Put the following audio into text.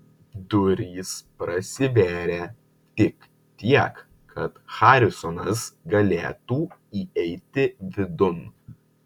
durys prasivėrė tik tiek kad harisonas galėtų įeiti vidun